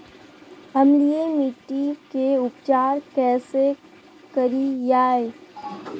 अम्लीय मिट्टी के उपचार कैसे करियाय?